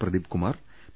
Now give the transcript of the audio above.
പ്രദീപ്കു Mar P